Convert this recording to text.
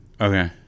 Okay